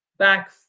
back